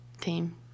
team